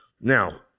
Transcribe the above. Now